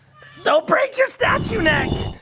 don't break your statue neck!